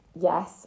Yes